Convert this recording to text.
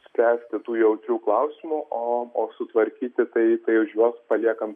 spręsti tų jautrių klausimų o o sutvarkyti tai kai už juos paliekant